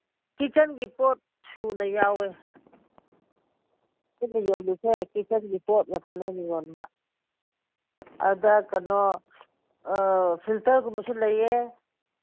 ꯀꯤꯠꯆꯟꯒꯤ ꯄꯣꯠ ꯁꯨꯅ ꯌꯥꯎꯋꯦ ꯑꯩꯈꯣꯏꯅ ꯌꯣꯜꯂꯤꯁꯦ ꯀꯤꯠꯆꯟꯒꯤ ꯄꯣꯠ ꯉꯥꯛꯇꯅꯦ ꯌꯣꯟꯕ ꯑꯗ ꯀꯩꯅꯣ ꯐꯤꯜꯇꯔꯒꯨꯝꯕꯁꯨ ꯂꯩꯌꯦ